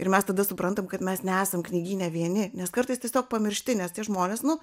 ir mes tada suprantam kad mes nesam knygyne vieni nes kartais tiesiog pamiršti nes tie žmonės nu